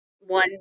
one